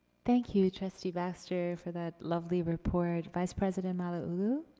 thank you, trustee baxter, for that lovely report. vice-president malauulu?